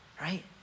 right